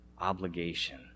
obligation